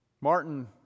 Martin